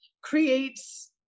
creates